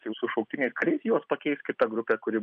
jau su šauktiniais kariais juos pakeis kita grupė kuri